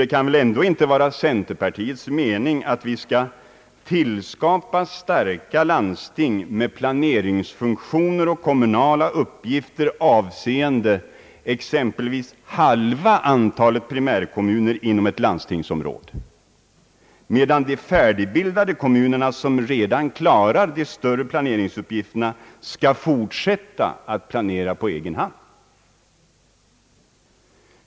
Det kan väl ändå inte vara centerpartiets mening att vi skall tillskapa starka landsting med planeringsfunktioner och kommunala uppgifter avseende exempelvis halva antalet primärkommuner inom ett landstingsområde, medan de färdigbildade kommunerna som redan klarar de större planeringsuppgifterna skall fortsätta att planera på egen hand.